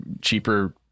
cheaper